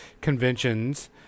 conventions